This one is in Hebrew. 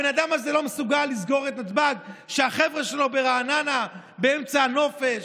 הבן אדם הזה לא מסוגל לסגור את נתב"ג כשהחבר'ה שלו ברעננה באמצע הנופש,